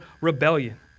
rebellion